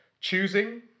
Choosing